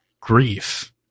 grief